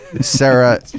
sarah